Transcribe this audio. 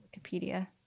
Wikipedia